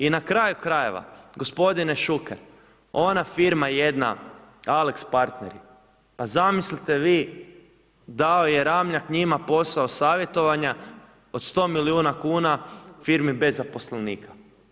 I na kraju krajeva, gospodine Šuker, ona firma jedna Alex Partners, pa zamislite vi, dao je Ramljak njima posao savjetovanja od 100 milijuna kuna firmi bez zaposlenika.